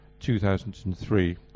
2003